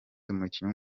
umukinnyi